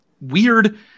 weird